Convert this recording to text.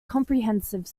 comprehensive